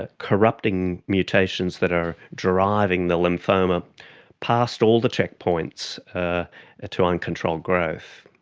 ah corrupting mutations that are driving the lymphoma past all the checkpoints ah ah to uncontrolled growth.